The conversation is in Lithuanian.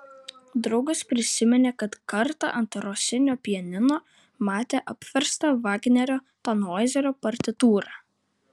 draugas prisiminė kad kartą ant rosinio pianino matė apverstą vagnerio tanhoizerio partitūrą